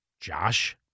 Josh